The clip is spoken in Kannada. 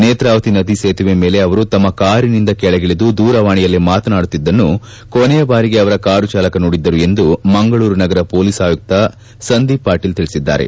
ನೇತ್ರಾವತಿ ನದಿ ಸೇತುವೆ ಮೇಲೆ ಅವರು ತಮ್ಮ ಕಾರಿನಿಂದ ಕೆಳಗಿಳಿದು ದೂರವಾಣಿಯಲ್ಲಿ ಮಾತನಾಡುತ್ತಿದ್ದುದನ್ನು ಕೊನೆಯ ಬಾರಿಗೆ ಅವರ ಕಾರು ಚಾಲಕ ನೋಡಿದ್ದರು ಎಂದು ಮಂಗಳೂರು ನಗರ ಪೊಲೀಸ್ ಆಯುಕ್ತ ಸಂದೀಪ್ ಪಾಟೀಲ್ ತಿಳಿಸಿದ್ದಾರೆ